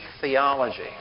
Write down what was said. theology